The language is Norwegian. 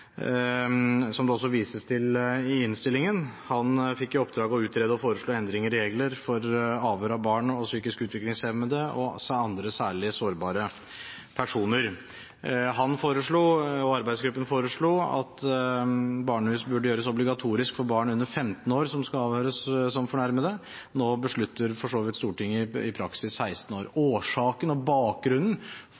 som det også vises til i innstillingen. Han fikk i oppdrag å utrede og foreslå endringer i regelverket for avhør av barn og psykisk utviklingshemmede, og også andre særlig sårbare personer. Han og arbeidsgruppen foreslo at barnehus burde gjøres obligatorisk for barn under 15 år som skal avhøres som fornærmede. Nå beslutter Stortinget i praksis 16 år.